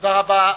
תודה רבה.